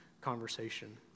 conversation